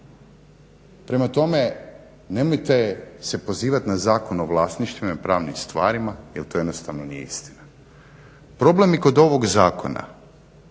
Prema tome nemojte se pozivati na Zakon o vlasništvima i pravnim stvarima jer to jednostavno nije istina. Problem i kod ovog Zakona